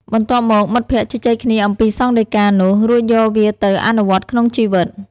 បន្ទាប់មក មិត្តភក្តិជជែកគ្នាអំពីសង្ឃដីកានោះ រួចយកវាទៅអនុវត្តក្នុងជីវិត។